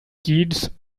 kids